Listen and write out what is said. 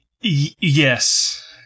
Yes